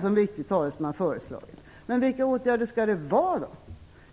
som viktig talesman, föreslagit. Men vilka åtgärder skall det vara då?